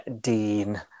Dean